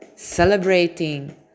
celebrating